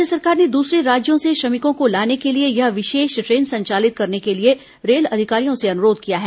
राज्य सरकार ने दूसरे राज्यों से श्रमिकों को लाने के लिए यह विशेष ट्रेन संचालित करने के लिए रेल अधिकारियों से अनुरोध किया है